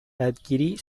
adquirir